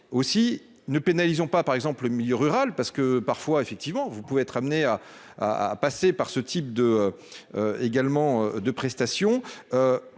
aussi ne pénalise ont pas, par exemple, le milieu rural parce que parfois, effectivement, vous pouvez être amenés à à à passer par ce type de également de prestation